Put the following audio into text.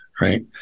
right